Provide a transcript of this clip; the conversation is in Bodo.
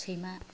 सैमा